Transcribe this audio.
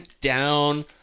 down